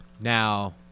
Now